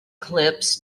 clips